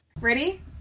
Ready